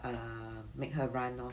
err make her run lor